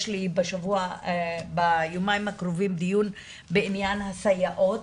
לי ביומיים הקרובים בעניין דיון בעניין הסייעות,